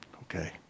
Okay